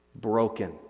broken